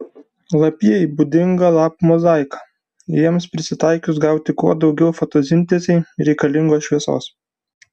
lapijai būdinga lapų mozaika jiems prisitaikius gauti kuo daugiau fotosintezei reikalingos šviesos